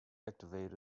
activate